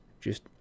Just